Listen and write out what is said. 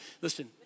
Listen